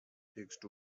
text